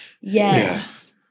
Yes